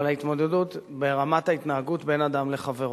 אבל ההתמודדות ברמת ההתנהגות בין אדם לחברו.